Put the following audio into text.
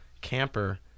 camper